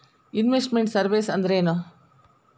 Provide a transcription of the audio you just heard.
Invest made services ಅಂದ್ರೇನು?